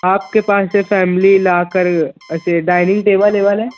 آپ کے پاس سے فیملی لا کر ایسے ڈائننگ ٹیبل و یبل ہے